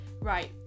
right